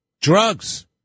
Drugs